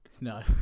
No